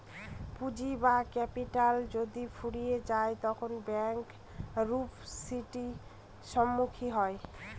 পুঁজি বা ক্যাপিটাল যদি ফুরিয়ে যায় তখন ব্যাঙ্ক রূপ টি.সির সম্মুখীন হয়